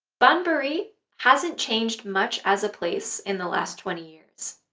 banbury hasn't changed much as a place in the last twenty years,